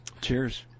Cheers